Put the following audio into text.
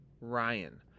Ryan